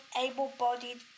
able-bodied